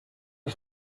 ich